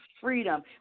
freedom